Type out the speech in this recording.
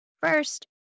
First